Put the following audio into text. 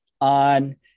on